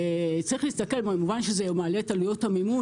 צריך להסתכל במובן שזה מעלה את עלויות המימון